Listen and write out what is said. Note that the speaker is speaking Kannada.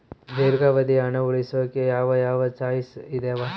ದೇರ್ಘಾವಧಿ ಹಣ ಉಳಿಸೋಕೆ ಯಾವ ಯಾವ ಚಾಯ್ಸ್ ಇದಾವ?